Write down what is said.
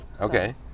Okay